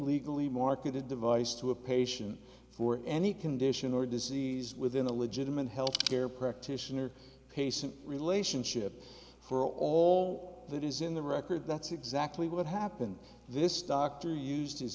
legally marketed device to a patient for any condition or disease within the legitimate health care practitioner patient relationship for all that is in the record that's exactly what happened this doctor used